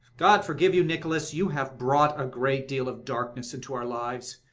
god forgive you, nicholas, you have brought a great deal of darkness into our lives.